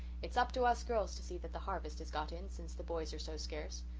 it's up to us girls to see that the harvest is got in, since the boys are so scarce.